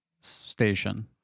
Station